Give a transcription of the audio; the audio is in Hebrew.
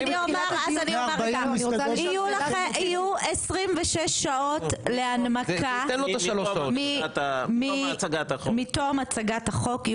אני אומר כך: יהיו 26 שעות להנמקה מתום הצגת החוק.